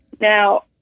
Now